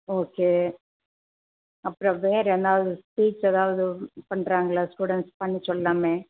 okay அப்புறோம் வேறு என்னாவது ஸ்வீட்ஸ் எதாவது பண்ணுறங்களா ஸ்டூடண்ட்ஸ் பண்ண சொல்லாமே